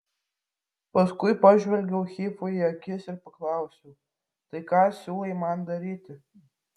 paskui pažvelgiau hifui į akis ir paklausiau tai ką siūlai man daryti